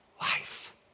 life